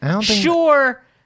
Sure